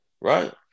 right